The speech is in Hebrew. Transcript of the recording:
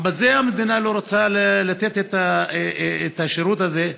גם בזה המדינה לא רוצה לתת את השירות הזה,